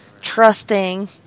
Trusting